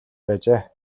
байжээ